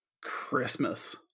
Christmas